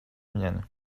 mienne